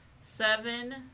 seven